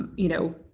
you know,